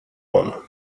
one